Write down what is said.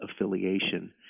affiliation